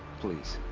please.